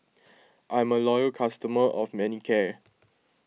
I'm a loyal customer of Manicare